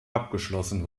abgeschlossen